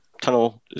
tunnel